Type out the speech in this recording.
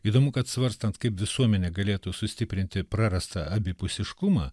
įdomu kad svarstant kaip visuomenė galėtų sustiprinti prarastą abipusiškumą